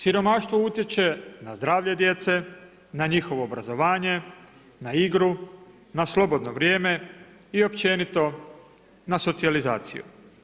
Siromaštvo utječe na zdravlje djece, na njihovo obrazovanje, na igru, na slobodno vrijeme i općenito n socijalizaciju.